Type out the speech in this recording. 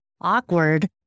awkward